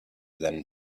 than